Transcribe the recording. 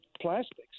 plastics